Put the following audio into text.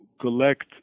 collect